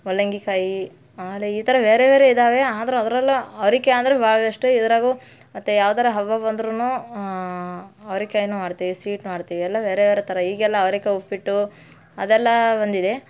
ಮೂಲಂಗಿ ಕಾಯಿ ಆಮೇಲೆ ಈ ಥರ ಬೇರೆ ಬೇರೆ ಇದ್ದಾವೆ ಆದರೂ ಅದ್ರಲ್ಲೂ ಅವ್ರೆಕಾಯ್ ಅಂದರೆ ಭಾಳ ಇಷ್ಟ ಇದ್ರಾಗೂ ಮತ್ತೆ ಯಾವ್ದಾರೂ ಹಬ್ಬ ಬಂದ್ರು ಅವರೆಕಾಯ್ನು ಮಾಡ್ತೀವಿ ಸ್ವೀಟ್ ಮಾಡ್ತೀವಿ ಎಲ್ಲ ಬೇರೆ ಬೇರೆ ಥರ ಈಗೆಲ್ಲ ಅವ್ರೆಕಾಯಿ ಉಪ್ಪಿಟ್ಟು ಅದೆಲ್ಲ ಬಂದಿದೆ